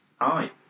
Hi